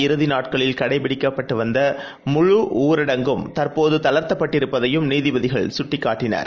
இறுதிநாட்களில் கடைபிடிக்கப்பட்டுவந்தமுழுஊரடங்கும் தற்போதுதளர்த்தப்பட்டிருப்பதையும் வார நீதிபதிகள் குட்டிக்காட்டினர்